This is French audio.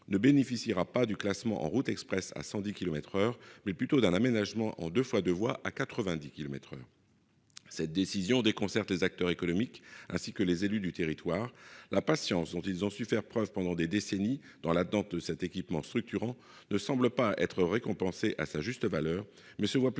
bénéficiera non pas du classement en route express à 110 kilomètres par heure, mais plutôt d'un aménagement en 2x2 voies à 90 kilomètres par heure. Cette décision déconcerte les acteurs économiques, ainsi que les élus du territoire. La patience dont ils ont su faire preuve pendant des décennies dans l'attente de cet équipement structurant ne semble pas être récompensée à sa juste valeur, mais se voit plutôt